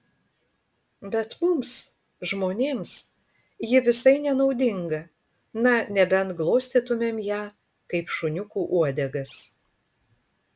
bet mums žmonėms ji visai nenaudinga na nebent glostytumėm ją kaip šuniukų uodegas